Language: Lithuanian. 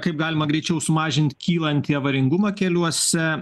kaip galima greičiau sumažint kylantį avaringumą keliuose